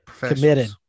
Committed